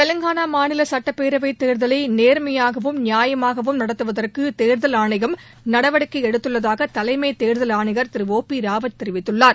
தெலுங்கான மாநில சட்டப்பேரவை தேர்தலை நேர்மையாகவும் நியாயமாகவும் நடத்துவதற்கு தேர்தல் ஆணையம் நடவடிக்கை எடுத்துள்ளதாக தலைமை தேர்தல் ஆணையர் திரு ஒ பி ராவத் தெரிவித்துள்ளார்